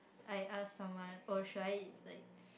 I ask someone oh should I like